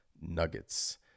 Nuggets